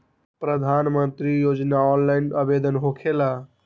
प्रधानमंत्री योजना ऑनलाइन आवेदन होकेला?